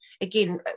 again